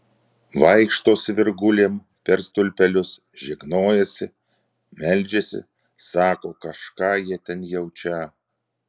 vaikšto su virgulėm per stulpelius žegnojasi meldžiasi sako kažką jie ten jaučią